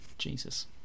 Jesus